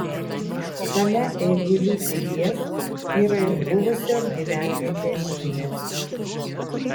šalia eigulių pilies yra ir buvusios gyvenvietės žymės